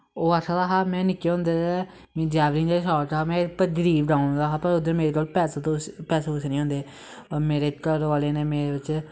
ओह् आक्खा दा हा में निक्के होंदे जैवलिन दा शौंक हा में गरीब गांव दा हा ते उध्दर मेरे कोल पैसे पूसे निं होंदे हे मेरे घर वाले नै मेरे च